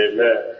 Amen